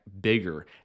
bigger